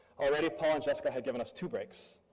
already paul and jessica had given us two breaks.